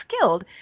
skilled